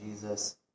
Jesus